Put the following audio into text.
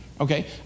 Okay